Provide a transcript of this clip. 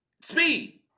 speed